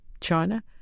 China